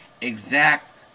exact